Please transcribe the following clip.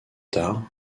tard